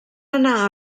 anar